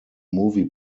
movie